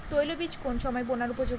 তৈল বীজ কোন সময় বোনার উপযোগী?